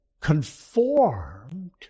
conformed